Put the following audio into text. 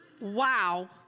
Wow